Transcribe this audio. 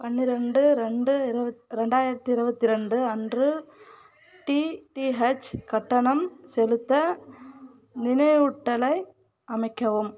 பன்னிரெண்டு ரெண்டு ரெண்டாயிரத்தி இருபத்தி ரெண்டு அன்று டிடிஹெச் கட்டணம் செலுத்த நினைவூட்டலை அமைக்கவும்